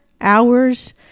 hours